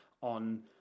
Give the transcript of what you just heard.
on